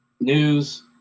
news